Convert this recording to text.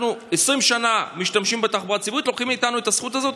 אנחנו 20 שנה משתמשים בתחבורה הציבורית ולוקחים מאיתנו את הזכות הזאת.